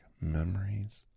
memories